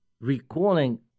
recalling